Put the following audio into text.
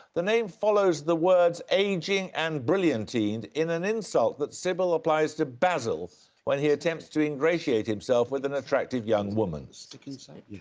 the name follows the words ageing and brilliantined in an insult that sybil applies to basil when he attempts to ingratiate himself with an attractive young woman. stick insect?